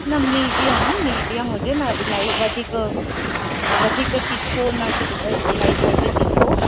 न medium medium हुजे न इलाही वधीक हा न वधीक तिखो न इलाही घटि तिखो